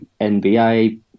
NBA